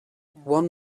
one